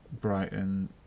Brighton